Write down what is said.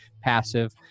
passive